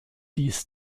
dies